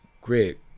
great